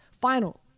final